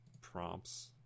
prompts